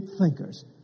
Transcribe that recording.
thinkers